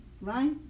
right